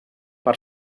per